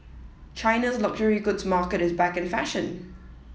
China's luxury goods market is back in fashion